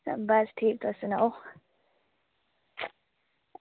बस ठीक तुस सनाओ